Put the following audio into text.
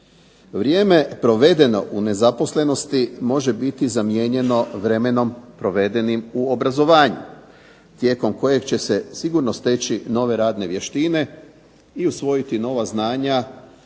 Vrijeme provedeno u nezaposlenosti može biti zamijenjeno vremenom provedenim u obrazovanju, tijekom kojeg će se sigurno steći nove radne vještine i usvojiti nova znanja